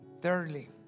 Thirdly